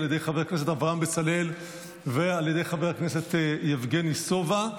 על ידי חבר הכנסת אברהם בצלאל ועל ידי חבר הכנסת יבגני סובה.